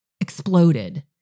exploded